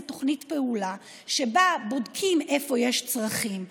תוכנית פעולה שבה בודקים איפה יש צרכים,